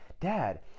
Dad